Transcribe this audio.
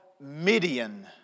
Midian